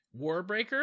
warbreaker